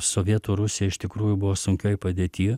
sovietų rusija iš tikrųjų buvo sunkioj padėty